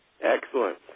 Excellent